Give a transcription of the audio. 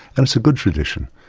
and it's a good tradition.